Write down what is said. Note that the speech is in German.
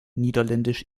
niederländisch